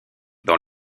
dans